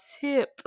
tip